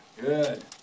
Good